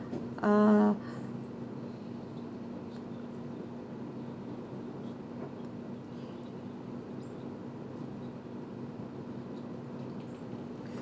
uh